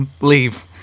leave